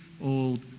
old